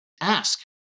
ask